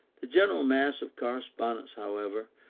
the general mass of correspondence, however,